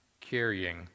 carrying